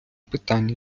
питання